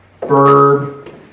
verb